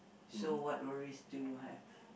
so what worries do you have